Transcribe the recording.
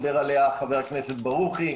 דיבר עליה חבר הכנסת ברוכי,